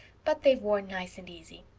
but they've worn nice and easy.